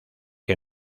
que